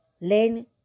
Learn